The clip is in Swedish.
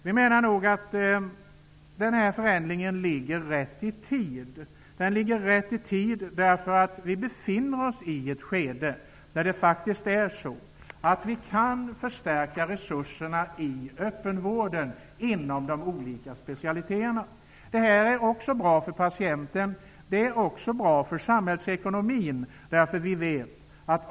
Vi menar att den här förändringen ligger rätt i tiden, därför att vi befinner oss i ett skede när resurserna kan förstärkas i öppenvården inom de olika specialiteterna. Det här är bra för patienten. Det är också bra för samhällsekonomin.